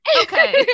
Okay